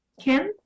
Kim